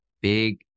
big